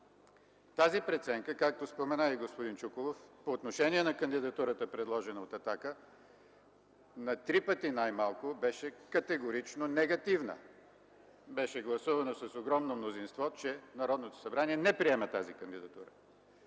Тази преценка, както спомена и господин Чуколов – по отношение на кандидатурата, предложена от „Атака”, на три пъти най-малкото беше категорично негативна. Беше гласувано с огромно мнозинство, че Народното събрание не приема тази кандидатура.